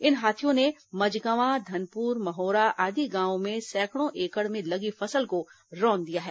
इन हाथियों ने मझगवां धनपुर महोरा आदि गांवों में सैंकड़ों एकड़ में लगी फसल को रौंद दिया है